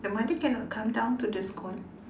the mother cannot come down to the school